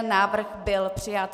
Návrh byl přijat.